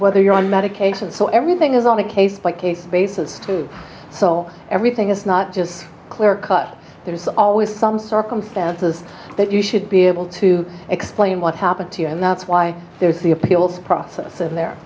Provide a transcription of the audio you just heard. whether you're on medication so everything is on a case by case basis so everything is not just clear cut there's always some circumstances that you should be able to explain what happened to you and that's why there's the appeals process and there